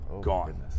Gone